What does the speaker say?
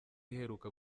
iheruka